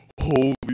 Holy